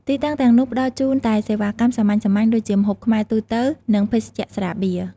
ទីតាំងទាំងនោះផ្ដល់ជូនតែសេវាកម្មសាមញ្ញៗ ដូចជាម្ហូបខ្មែរទូទៅ និងភេសជ្ជៈស្រាបៀរ។